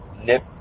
nip